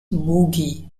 boogie